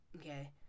okay